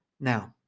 Now